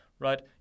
right